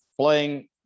Playing